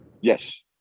Yes